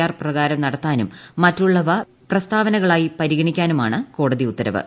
R പ്രകാരം നടത്താനും മറ്റുള്ളവ പ്രസ്താവനകളായി പരിഗണിക്കാനുമാണ് കോടതി ഉത്തരവ്